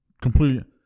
Completely